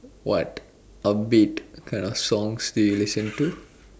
what a beat kind of songs do you listen to